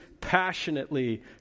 passionately